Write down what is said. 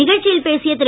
நிகழ்ச்சியில் பேசிய திரு